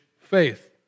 faith